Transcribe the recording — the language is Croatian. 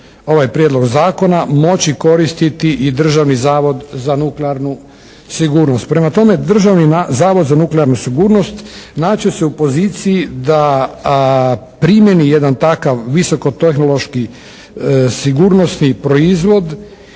ovaj prijedlog zakona, moći koristiti i Državni zavod za nuklearnu sigurnost. Prema tome Državni zavod za nuklearnu sigurnost naći će se u poziciji da primijeni jedan takav visoko tehnološki sigurnosni proizvod